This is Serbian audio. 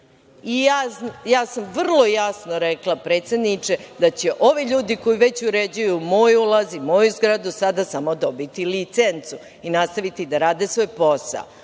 Ja sam vrlo jasno rekla predsedniče da će ovi ljudi koji već uređuju moj ulaz i moju zgradu sada samo dobiti licencu i nastaviti da rade svoj posao.